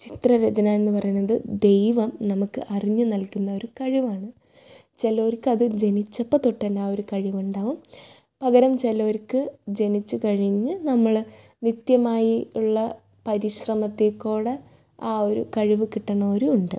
ചിത്രരചന എന്ന് പറയുന്നത് ദൈവം നമുക്ക് അറിഞ്ഞ് നൽകുന്ന ഒരു കഴിവാണ് ചിലർക്കത് ജനിച്ചപ്പം തൊട്ടന്നെ ആ ഒരു കഴിവുണ്ടാവും പകരം ചിലർക്ക് ജനിച്ച് കഴിഞ്ഞ് നമ്മൾ നിത്യമായി ഒള്ള പരിശ്രമത്തിക്കൂടെ ആ ഒരു കഴിവ് കിട്ടണോരുവുണ്ട്